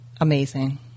amazing